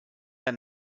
der